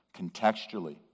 contextually